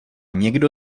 někdo